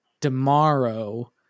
tomorrow